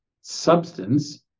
substance